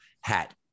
hat